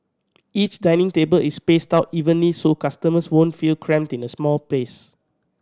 each dining table is spaced out evenly so customers won't feel cramped in a small space